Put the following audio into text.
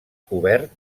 cobert